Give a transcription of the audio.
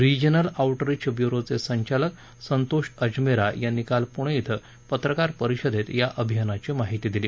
regional आऊटरीचं ब्युरोचं संचालक संतोष अजमेरा यांनी काल पुणे धिं पत्रकार परिषदेत या अभियानाची माहिती दिली